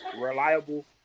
reliable